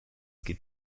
geht